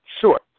sure